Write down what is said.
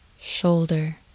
Shoulder